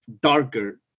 darker